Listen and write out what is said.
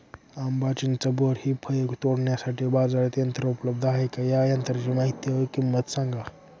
आंबा, चिंच, बोर हि फळे तोडण्यासाठी बाजारात यंत्र उपलब्ध आहेत का? या यंत्रांची माहिती व किंमत सांगा?